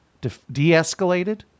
de-escalated